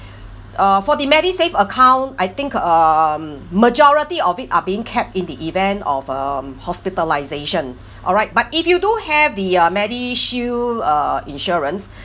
uh for the medisave account I think um majority of it are being kept in the event of um hospitalisation all right but if you do have the uh medishield uh insurance